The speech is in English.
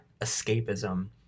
escapism